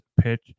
pitch